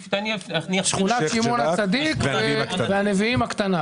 שכונת שמעון הצדיק והנביאים הקטנה.